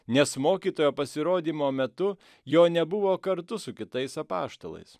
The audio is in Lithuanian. nes mokytojo pasirodymo metu jo nebuvo kartu su kitais apaštalais